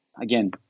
again